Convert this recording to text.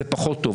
שזה פחות טוב.